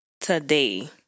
today